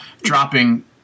dropping